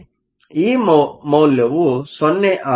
ಈ ಮೌಲ್ಯವು 0 ಆಗುತ್ತದೆ